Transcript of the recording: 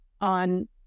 on